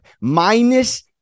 Minus